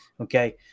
Okay